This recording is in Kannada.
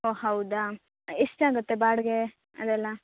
ಓ ಹೌದಾ ಎಷ್ಟು ಆಗುತ್ತೆ ಬಾಡಿಗೆ ಅದೆಲ್ಲ